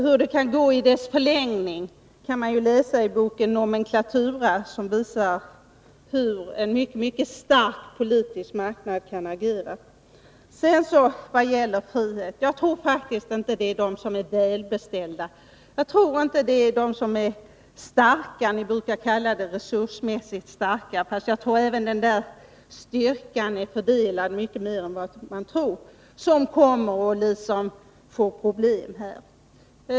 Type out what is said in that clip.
Hur det kan gå i förlängningen kan man läsa i boken Nomenklatura, som visar vad en mycket stark politisk marknad kan leda till. Vad gäller frihet tror jag faktiskt inte att det är de som är välbeställda, de som är starka — ni brukar kalla det resursmässigt starka, fast jag tror att även den styrkan är fördelad mycket mer än ni tror — som kommer att få de största problemen.